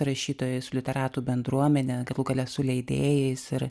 rašytojais literatų bendruomene galų gale su leidėjais ir